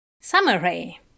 Summary